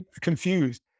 confused